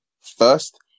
first